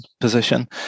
position